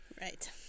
Right